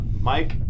Mike